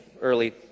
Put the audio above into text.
early